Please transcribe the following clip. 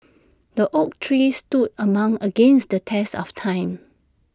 the oak tree stood among against the test of time